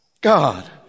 God